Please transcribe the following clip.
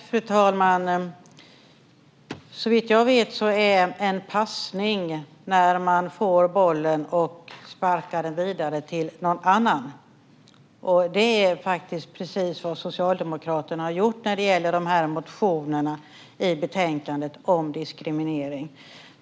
Fru talman! Såvitt jag vet är en passning när man får bollen och sparkar den vidare till någon annan. Det är faktiskt precis vad Socialdemokraterna har gjort när det gäller motionerna i betänkandet om diskriminering.